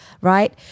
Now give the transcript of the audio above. right